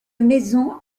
maison